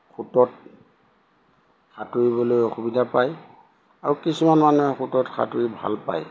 সোঁতত সাঁতুৰিবলৈ অসুবিধা পায় আৰু কিছুমান মানুহে সোঁতত সাঁতুৰি ভাল পায়